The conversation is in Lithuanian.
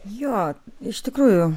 jo iš tikrųjų